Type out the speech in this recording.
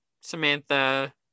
Samantha